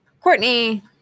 Courtney